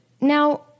Now